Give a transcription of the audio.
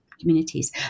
communities